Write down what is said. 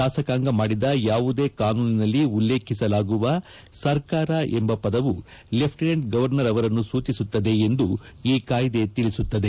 ಶಾಸಕಾಂಗ ಮಾಡಿದ ಯಾವುದೇ ಕಾನೂನಿನಲ್ಲಿ ಉಲ್ಲೇಖಿಸಲಾಗುವ ಸರ್ಕಾರ ಎಂಬ ಪದವು ಲೆಫ್ಟಿನೆಂಟ್ ಗವರ್ನರ್ ಅವರನ್ನು ಸೂಚಿಸುತ್ತದೆ ಎಂದು ಈ ಕಾಯ್ದೆ ತಿಳಿಸುತ್ತದೆ